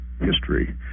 history